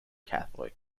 catholic